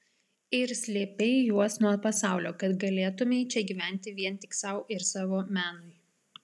ir slėpei juos nuo pasaulio kad galėtumei čia gyventi vien tik sau ir savo menui